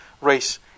race